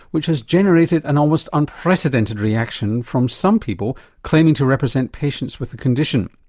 which has generated an almost unprecedented reaction from some people claiming to represent patients with the condition.